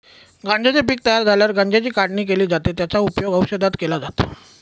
गांज्याचे पीक तयार झाल्यावर गांज्याची काढणी केली जाते, त्याचा उपयोग औषधात केला जातो